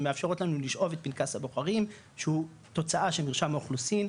הם מאפשרות לנו לשאוב את פנקס הבוחרים שהוא תוצאה של מרשם האוכלוסין,